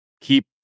keep